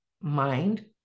mind